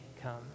come